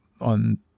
on